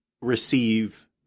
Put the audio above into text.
receive